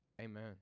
Amen